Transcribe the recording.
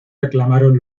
reclamaron